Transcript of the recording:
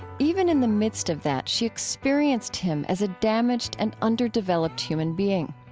even in the midst of that, she experienced him as a damaged and underdeveloped human being.